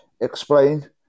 explain